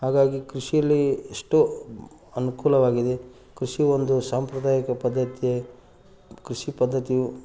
ಹಾಗಾಗಿ ಕೃಷಿಯಲ್ಲಿ ಎಷ್ಟೋ ಅನುಕೂಲವಾಗಿದೆ ಕೃಷಿ ಒಂದು ಸಾಂಪ್ರದಾಯಿಕ ಪದ್ಧತಿ ಕೃಷಿ ಪದ್ಧತಿಯು